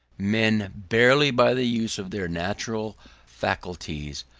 men, barely by the use of their natural faculties,